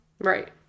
Right